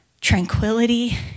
tranquility